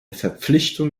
verpflichtung